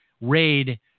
raid